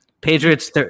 patriots